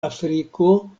afriko